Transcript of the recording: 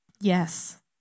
Yes